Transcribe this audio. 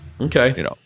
Okay